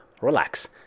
relax